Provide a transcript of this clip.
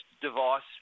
device